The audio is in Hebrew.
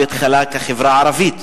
בהתחלה כחברה ערבית,